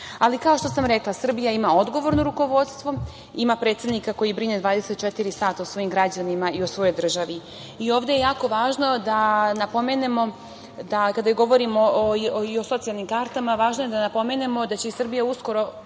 kao što sam rekla, Srbija ima odgovorno rukovodstvo, ima predsednika koji brine 24 sata o svojim građanima i o svojoj državi. Ovde je jako važno da napomenemo kada govorimo o socijalnim kartama da će država izaći sa predlogom